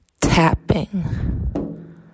tapping